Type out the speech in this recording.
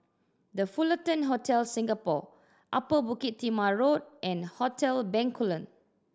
The Fullerton Hotel Singapore Upper Bukit Timah Road and Hotel Bencoolen